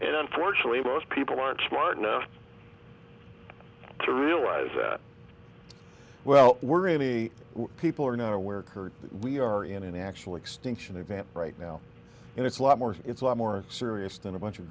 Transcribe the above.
and unfortunately most people aren't smart enough to realize that well we're really people are now aware we are in an actual extinction event right now and it's a lot more it's a lot more serious than a bunch of